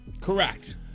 correct